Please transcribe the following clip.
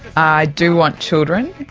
i do want children.